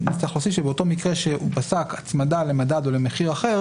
שבאותו מקרה שהוא פסק הצמדה למדד או למחיר אחר